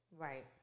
Right